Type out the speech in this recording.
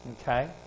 Okay